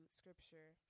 scripture